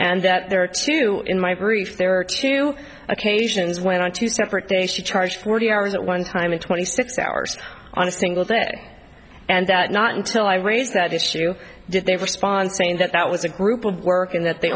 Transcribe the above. and that there are two in my brief there are two occasions when on two separate day she charged forty hours at one time in twenty six hours on a single day and that not until i raised that issue did they respond saying that that was a group of work in that they